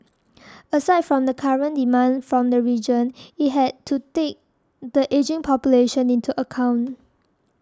aside from the current demand from the region it had to take the ageing population into account